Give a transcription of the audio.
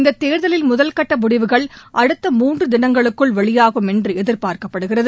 இந்த தேர்தலின் முதல்கட்ட முடிவுகள் அடுத்த மூன்று தினங்களுக்குள் வெளியாகும் என்று எதிர்பார்க்கப்படுகிறது